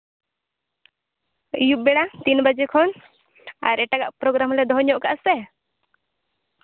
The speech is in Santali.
ᱟᱭᱩᱵ ᱵᱮᱲᱟ ᱛᱤᱱ ᱵᱟᱡᱮ ᱠᱷᱚᱱ ᱟᱨ ᱮᱴᱟᱜᱟᱜ ᱯᱨᱳᱜᱨᱟᱢ ᱞᱮ ᱫᱚᱦᱚ ᱧᱚᱜ ᱠᱟᱜᱼᱟ ᱥᱮ